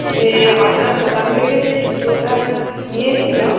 যে আপনার দোকান থেকে যে জুতোটা নিয়েছিলাম